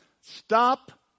Stop